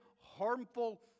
harmful